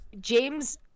James